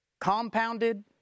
compounded